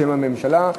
בשם הממשלה.